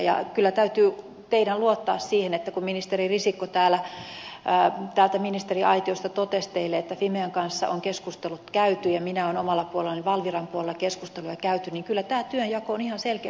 ja kyllä täytyy teidän luottaa siihen että kun ministeri risikko täältä ministeriaitiosta totesi teille että fimean kanssa on keskustelut käyty ja minä olen omalla puolellani valviran puolella keskusteluja käynyt niin kyllä tämä työnjako on ihan selkeästi sovittu